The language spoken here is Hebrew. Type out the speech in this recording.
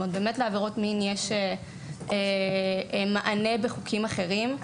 לעבירות מין יש מענה בחוקים אחרים,